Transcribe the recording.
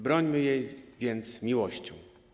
Brońmy jej więc miłością!